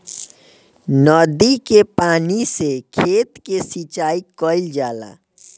नदी के पानी से खेत के सिंचाई कईल जाला